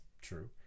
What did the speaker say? true